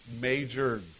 major